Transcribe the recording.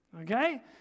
Okay